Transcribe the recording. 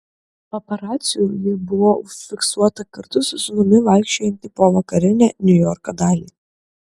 paparacių ji buvo užfiksuota kartu su sūnumi vaikščiojanti po vakarinę niujorko dalį